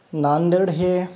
नांदेड हे